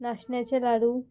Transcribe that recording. नाशण्याचें लाडू